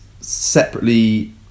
separately